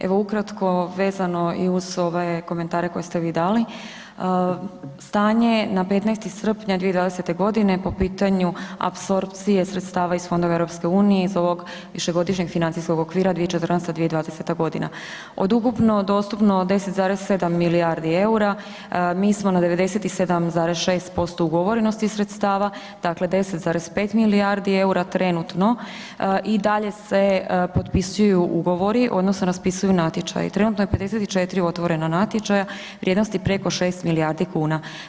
Evo kratko vezano i uz ove komentare koje ste vi dali, stanje na 15. srpnja 2020. g. po pitanju apsorpcije sredstava iz fondova EU-a, iz ovog višegodišnjeg financijskog okvira 2014.-2020. godina, od ukupno dostupno 10,7 milijardi eura, mi smo na 97,6% ugovorenosti sredstava, dakle 10,5 milijardi eura trenutno, i dalje se potpisuju ugovori odnosno raspisuju natječaji i trenutno je 54 otvorena natječaja vrijednosti preko 6 milijardi kuna.